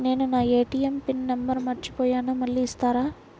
నేను నా ATM pin number మర్చిపోయాను మళ్ళీ ఇస్తారా?